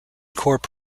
corps